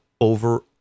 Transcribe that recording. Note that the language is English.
over